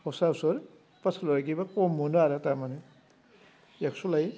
हसा उसुल पातसालाखैबा खम मोनो आरो थारमाने एकस' लायो